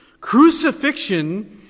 crucifixion